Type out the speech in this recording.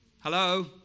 Hello